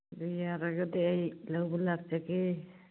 ꯑꯗꯨ ꯌꯥꯔꯒꯗꯤ ꯑꯩ ꯂꯧꯕ ꯂꯥꯛꯆꯒꯦ